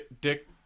Dick